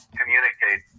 communicate